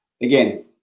again